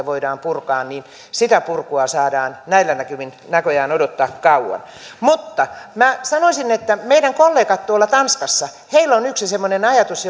voidaan purkaa niin sitä purkua saadaan näillä näkymin näköjään odottaa kauan mutta minä sanoisin että meidän kollegoilla tanskassa on yksi semmoinen ajatus